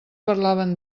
parlaven